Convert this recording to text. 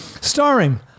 Starring